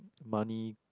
money